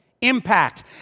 impact